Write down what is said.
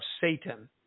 Satan